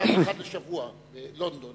ובלונדון